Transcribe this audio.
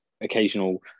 occasional